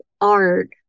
art